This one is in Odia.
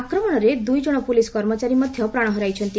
ଆକ୍ରମଣରେ ଦୁଇ ଜଣ ପୁଲିସ୍ କର୍ମଚାରୀ ମଧ୍ୟ ପ୍ରାଣ ହରାଇଛନ୍ତି